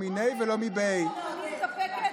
אני מתאפקת.